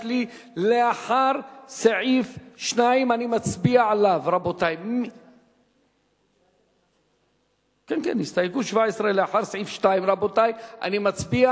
יש לי לאחר סעיף 2. אני מצביע